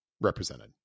represented